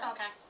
Okay